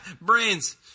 brains